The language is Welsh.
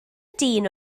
dyn